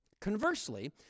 Conversely